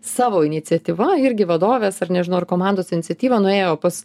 savo iniciatyva irgi vadovės ar nežinau ar komandos iniciatyva nuėjo pas